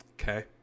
Okay